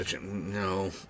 No